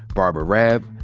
barbara raab,